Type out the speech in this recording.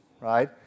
right